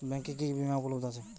ব্যাংকে কি কি বিমা উপলব্ধ আছে?